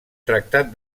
tractat